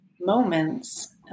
moments